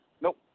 Nope